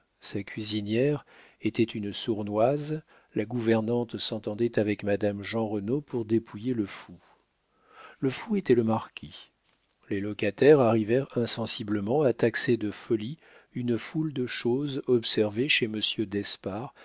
sa cuisinière était une sournoise la gouvernante s'entendait avec madame jeanrenaud pour dépouiller le fou le fou était le marquis les locataires arrivèrent insensiblement à taxer de folie une foule de choses observées chez